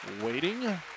Waiting